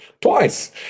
twice